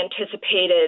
anticipated